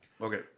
Okay